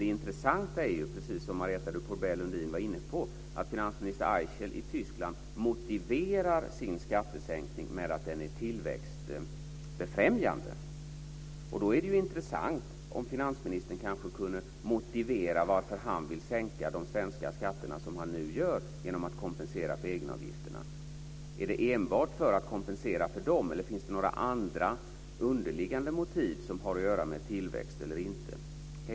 Det intressanta är, precis som Marietta de Pourbaix-Lundin var inne på, att finansminister Eichel i Tyskland motiverar sin skattesänkning med att den är tillväxtbefrämjande. Då är det intressant om finansministern kan motivera varför han vill sänka de svenska skatterna genom att kompensera för egenavgifterna. Är det enbart för att kompensera för dem eller finns det några andra underliggande motiv som har att göra med tillväxten eller inte?